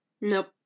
Nope